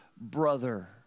brother